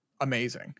amazing